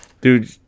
Dude